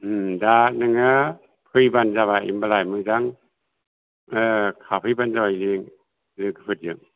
दा नोङो फैबानो जाबाय होम्बालाय मोजां थाफैबानो जाबाय नों लोगोफोरजों